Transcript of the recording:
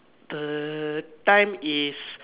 the time is